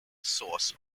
source